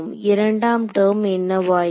இரண்டாம் டெர்ம் என்னவாயிற்று